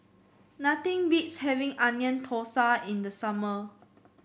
nothing beats having Onion Thosai in the summer